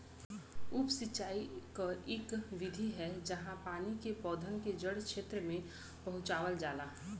उप सिंचाई क इक विधि है जहाँ पानी के पौधन के जड़ क्षेत्र में पहुंचावल जाला